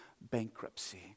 bankruptcy